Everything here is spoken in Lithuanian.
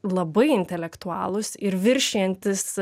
labai intelektualūs ir viršijantys